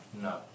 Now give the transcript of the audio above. No